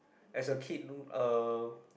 as a kid uh